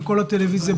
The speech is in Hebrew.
בטלוויזיה,